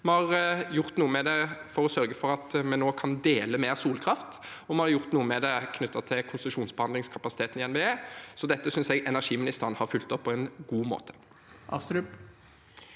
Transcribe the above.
Vi har gjort noe med det ved å sørge for at vi nå kan dele mer solkraft, og vi har gjort noe med det knyttet til konsesjonsbehandlingskapasiteten i NVE, så dette synes jeg energiministeren har fulgt opp på en god måte.